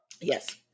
Yes